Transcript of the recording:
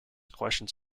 questions